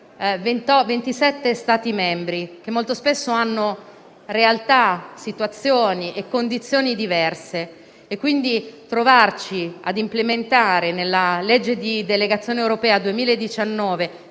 27 Stati membri, che molto spesso hanno realtà, situazioni e condizioni diverse. Non è stato sicuramente facile trovarci ad implementare nella legge di delegazione europea 2019